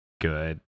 good